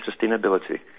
sustainability